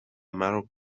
مرا